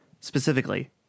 specifically